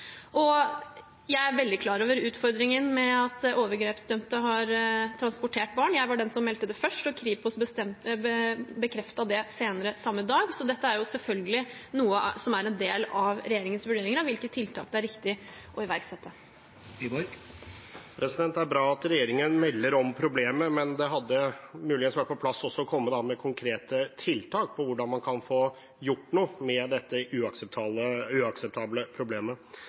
og ute i kommunene hvor disse menneskene skal bo. Jeg er veldig klar over utfordringen med at overgrepsdømte har transportert barn. Jeg var den som meldte det først, og Kripos bekreftet det senere samme dag. Så dette er selvfølgelig en del av regjeringens vurdering av hvilke tiltak det er riktig å iverksette. Erlend Wiborg – til oppfølgingsspørsmål. Det er bra at regjeringen melder om problemet, men det hadde muligens vært på sin plass også å komme med konkrete tiltak for hvordan man kan få gjort noe med dette uakseptable problemet.